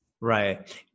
Right